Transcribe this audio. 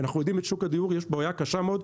ואנחנו יודעים בשוק הדיור יש בעיה קשה מאוד.